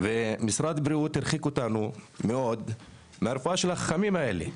ומשרד הבריאות הרחיק אותנו מאוד מהרפואה של החכמים האלה.